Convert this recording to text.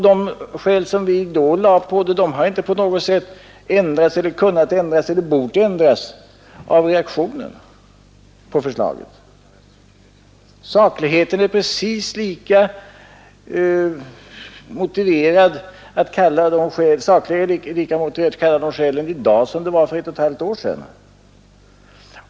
De skäl som vi då lade till grund för bedömningen har inte på något sätt ändrats eller kunnat ändras eller bort ändras av reaktionen på förslaget. Sakliga är det precis lika motiverat att kalla de skälen i dag som det var för ett och ett halvt år sedan.